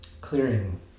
clearing